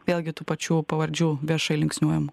vėlgi tų pačių pavardžių viešai linksniuojamų